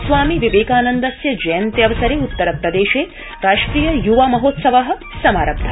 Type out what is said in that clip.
स्वामी विवेकानन्दस्य जयन्त्यवसरे उत्तरप्रदेशे राष्ट्रिय य्वा महोत्सव प्रारब्ध